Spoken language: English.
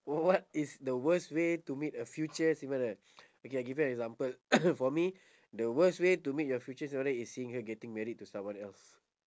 w~ what is the worst way to meet a future significant other okay I give you example for me the worst way to meet your future significant other is seeing her getting married to someone else